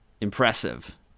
impressive